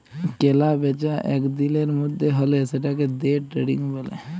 কেলা বেচা এক দিলের মধ্যে হ্যলে সেতাকে দে ট্রেডিং ব্যলে